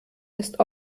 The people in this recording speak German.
ist